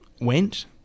went